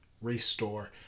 Restore